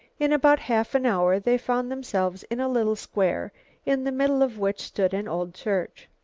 in about half an hour they found themselves in a little square in the middle of which stood an old church.